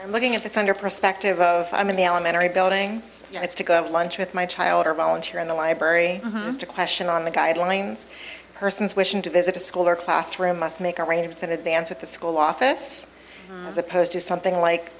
i'm looking at this under perspective of i'm in the elementary buildings it's to go to lunch with my child or volunteer in the library to question on the guidelines persons wishing to visit a school or classroom must make arrangements and advance at the school office as opposed to something like